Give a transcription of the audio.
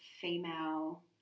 female